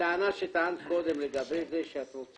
הטענה שטענת קודם שאת רוצה